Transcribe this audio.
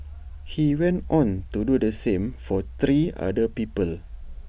he went on to do the same for three other people